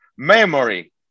memory